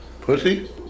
Pussy